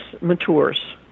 matures